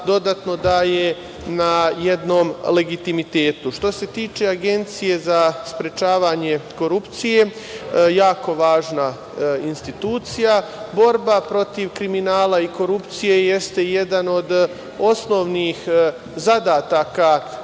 dodatno daje na jednom legitimitetu. Što se tiče Agencije za sprečavanje korupcije, to je jako važna institucija. Borba protiv kriminala i korupcije jeste jedan od osnovnih zadataka